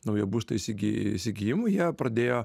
naujo būsto įsigi įsigijimui jie pradėjo